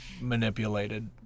manipulated